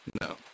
no